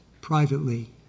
privately